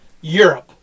Europe